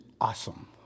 awesome